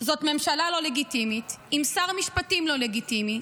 זאת ממשלה לא לגיטימית עם שר משפטים לא לגיטימי,